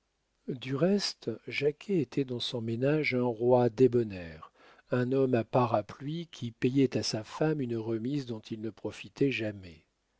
du reste jacquet était dans son ménage un roi débonnaire un homme à parapluie qui payait à sa femme un remise dont il ne profitait jamais